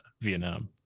Vietnam